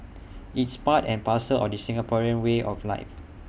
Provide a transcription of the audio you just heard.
it's part and parcel of the Singaporean way of life